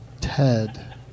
Ted